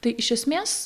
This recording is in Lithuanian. tai iš esmės